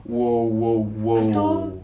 !whoa! !whoa! !whoa!